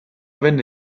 venne